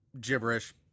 gibberish